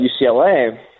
UCLA